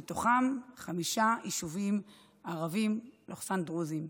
ומתוכם חמישה יישובים ערביים ודרוזיים.